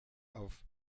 auf